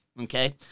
Okay